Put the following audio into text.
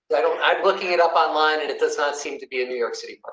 i don't i'm looking it up online and it does not seem to be in new york city.